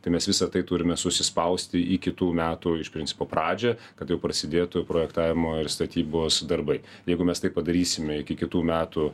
tai mes visa tai turime susispausti į kitų metų iš principo pradžią kad jau prasidėtų projektavimo ir statybos darbai jeigu mes tai padarysime iki kitų metų